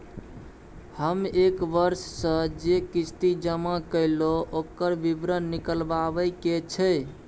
हम एक वर्ष स जे किस्ती जमा कैलौ, ओकर विवरण निकलवाबे के छै?